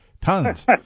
tons